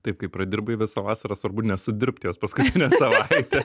taip kaip pradirbai visą vasarą svarbu nesudirbt jos paskutinę savaitę